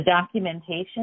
documentation